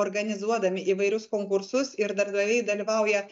organizuodami įvairius konkursus ir darbdaviai dalyvauja